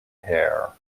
hair